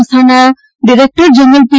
સંસ્થાના director general પી